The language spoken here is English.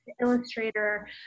illustrator